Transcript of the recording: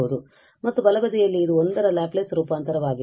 ಮತ್ತು ಬಲಬದಿಯಲ್ಲಿ ಇದು 1 ರ ಲ್ಯಾಪ್ಲೇಸ್ ರೂಪಾಂತರವಾಗಿದೆ